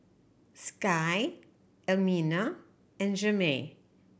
Sky Elmina and Jermey